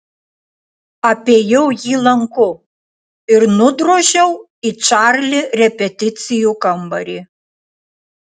apėjau jį lanku ir nudrožiau į čarli repeticijų kambarį